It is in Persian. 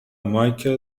مایکل